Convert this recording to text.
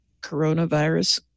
coronavirus